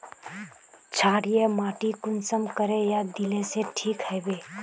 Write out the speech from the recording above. क्षारीय माटी कुंसम करे या दिले से ठीक हैबे?